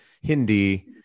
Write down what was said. Hindi